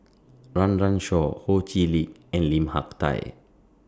Run Run Shaw Ho Chee Lick and Lim Hak Tai